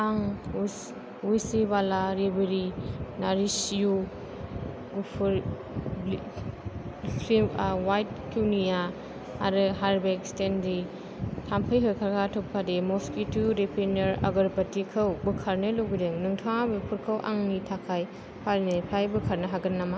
आं उस उसिवाला रेबरि नारिश यु गुफुर क्रिमा हवाइड किन'आ आरो हारबेक स्टेन्द्रि थाम्फै होखारग्रा धुबखाथि मसकुइथु रेपिनार आगरबाथिखौ बोखारनो लुबैदों नोंथाङा बेफोरखौ आंनि थाखाय फारिलाइनिफ्राय बोखारनो हागोन नामा